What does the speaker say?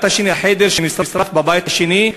החדר שנשרף בבית השני,